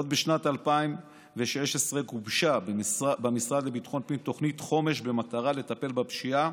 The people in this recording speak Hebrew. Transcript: עוד בשנת 2016 גובשה במשרד לביטחון פנים תוכנית חומש במטרה לטפל בפשיעה